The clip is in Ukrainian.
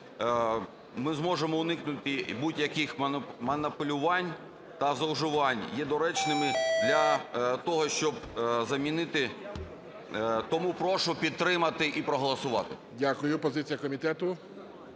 ми зможемо уникнути будь-яких маніпулювань та зловживань, є доречними для того щоб замінити… Тому прошу підтримати і проголосувати. ГОЛОВУЮЧИЙ. Дякую. Позиція комітету?